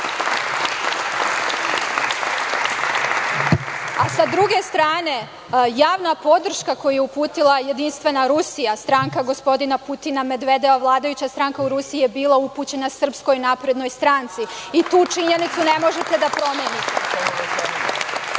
druge strane, javna podrška koju je uputila Jedinstvena Rusija, stranka gospodina Putina, Medvedeva, vladajuća stranka u Rusiji, je bila upućena SNS i tu činjenicu ne možete da promenite.